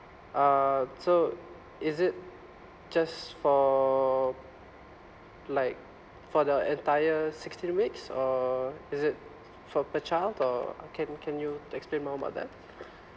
uh so is it just for like for the entire sixteen weeks or is it for per child or can can you explain more about that